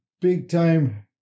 big-time